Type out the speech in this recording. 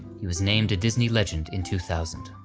he was named a disney legend in two thousand.